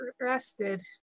rested